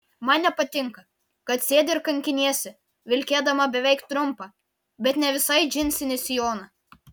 man nepatinka kad sėdi ir kankiniesi vilkėdama beveik trumpą bet ne visai džinsinį sijoną